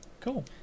Cool